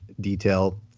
detail